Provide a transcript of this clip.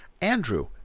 andrew